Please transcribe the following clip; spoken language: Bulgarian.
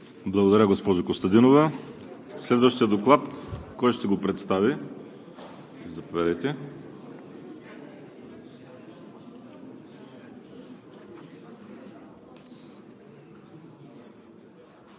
Благодаря, госпожо Костадинова. Следващия Доклад кой ще го представи? Заповядайте.